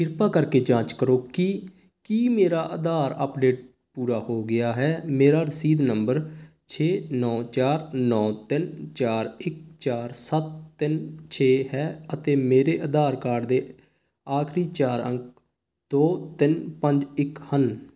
ਕ੍ਰਿਪਾ ਕਰਕੇ ਜਾਂਚ ਕਰੋ ਕਿ ਕੀ ਮੇਰਾ ਆਧਾਰ ਅੱਪਡੇਟ ਪੂਰਾ ਹੋ ਗਿਆ ਹੈ ਮੇਰਾ ਰਸੀਦ ਨੰਬਰ ਛੇ ਨੌਂ ਚਾਰ ਨੌਂ ਤਿੰਨ ਚਾਰ ਇੱਕ ਚਾਰ ਸੱਤ ਤਿੰਨ ਛੇ ਹੈ ਅਤੇ ਮੇਰੇ ਆਧਾਰ ਕਾਰਡ ਦੇ ਆਖਰੀ ਚਾਰ ਅੰਕ ਦੋ ਤਿੰਨ ਪੰਜ ਇੱਕ ਹਨ